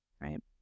Right